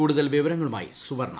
കൂടുതൽ വിവരങ്ങളുമായി സുവർണ